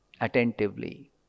attentively